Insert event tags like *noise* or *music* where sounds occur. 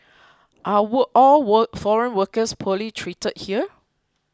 *noise* are war all war foreign workers poorly treated here